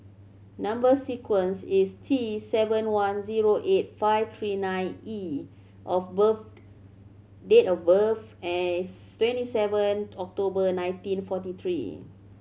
number sequence is T seven one zero eight five three nine E of birth date of birth as twenty seven October nineteen forty three